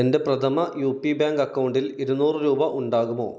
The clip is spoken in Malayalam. എൻ്റെ പ്രഥമ യു പി ബാങ്ക് അക്കൗണ്ടിൽ ഇരുനൂറ് രൂപ ഉണ്ടാകുമോ